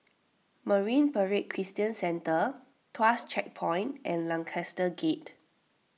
Marine Parade Christian Centre Tuas Checkpoint and Lancaster Gate